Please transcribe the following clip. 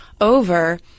over